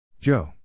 Joe